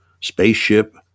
spaceship